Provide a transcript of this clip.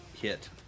hit